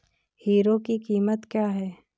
Hero की कीमत क्या है?